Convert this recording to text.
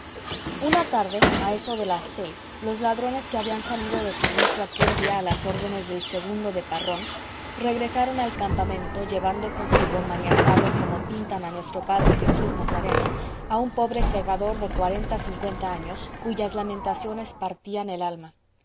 una tarde a eso de las seis los ladrones que habían salido de servicio aquel día a las órdenes del segundo de parrón regresaron al campamento llevando consigo maniatado como pintan a nuestro padre jesús nazareno a un pobre segador de cuarenta a cincuenta años cuyas lamentaciones partían el alma